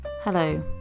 Hello